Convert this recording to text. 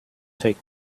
take